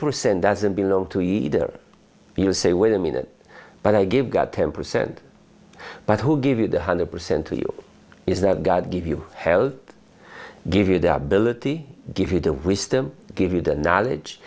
percent doesn't belong to either you say wait a minute but i give got ten percent but who give you the hundred percent to you is that god give you hell give you the ability give you the wisdom give you the knowledge